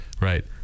Right